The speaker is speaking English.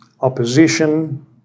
opposition